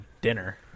dinner